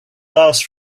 last